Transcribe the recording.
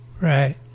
right